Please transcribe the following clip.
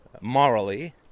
morally